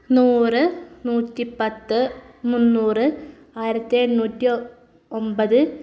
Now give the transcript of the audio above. നൂറ് നൂറ്റി പത്ത് മുന്നൂറ് ആയിരത്തി എണ്ണൂറ്റി ഒൻപത്